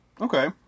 Okay